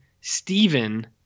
Stephen